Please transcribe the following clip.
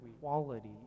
quality